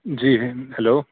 جی hello